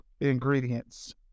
ingredients